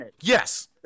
Yes